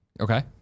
Okay